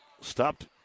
stopped